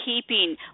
keeping